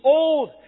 old